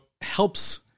helps